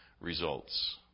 results